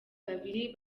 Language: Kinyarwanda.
babiri